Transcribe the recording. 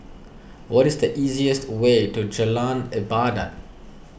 what is the easiest way to Jalan Ibadat